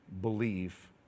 believe